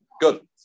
Good